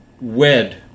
wed